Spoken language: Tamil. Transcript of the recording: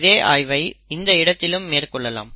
இதே ஆய்வை இந்த இடத்திலும் மேற்கொள்ளலாம்